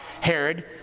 Herod